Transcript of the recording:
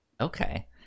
Okay